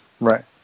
Right